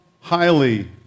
highly